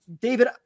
David